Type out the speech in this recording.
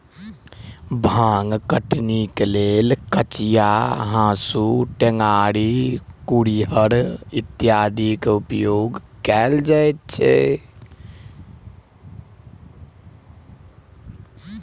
भांग कटनीक लेल कचिया, हाँसू, टेंगारी, कुरिहर इत्यादिक उपयोग कयल जाइत छै